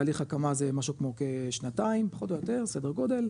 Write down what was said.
תהליך הקמה זה משהו כמו כשנתיים פחות או יותר סדר גודל,